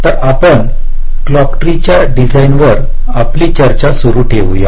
तर आपण क्लॉक ट्रीच्या डिझाइनवर आपली चर्चा सुरू ठेवूया